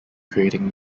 creating